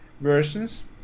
versions